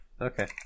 Okay